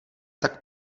tak